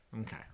Okay